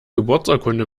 geburtsurkunde